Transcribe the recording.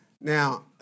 Now